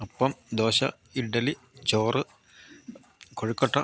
അപ്പം ദോശ ഇഡ്ഡലി ചോറ് കൊഴുക്കട്ട